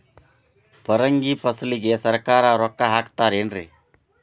ಪರಂಗಿ ಫಸಲಿಗೆ ಸರಕಾರ ರೊಕ್ಕ ಹಾಕತಾರ ಏನ್ರಿ?